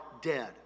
dead